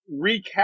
recap